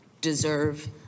deserve